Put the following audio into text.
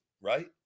right